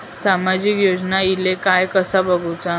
सामाजिक योजना इले काय कसा बघुचा?